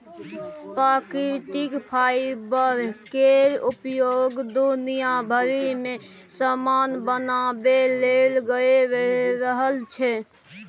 प्राकृतिक फाईबर केर उपयोग दुनिया भरि मे समान बनाबे लेल भए रहल छै